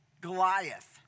Goliath